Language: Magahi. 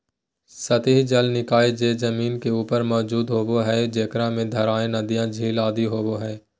सतही जल निकाय जे जमीन के ऊपर मौजूद होबो हइ, जेकरा में धाराएँ, नदियाँ, झील आदि होबो हइ